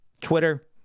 Twitter